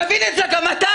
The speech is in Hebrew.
תבין את זה גם אתה.